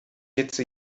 hetze